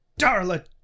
Darla